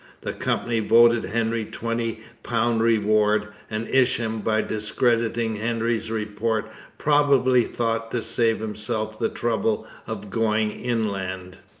the company voted hendry twenty pounds reward, and isham by discrediting hendry's report probably thought to save himself the trouble of going inland.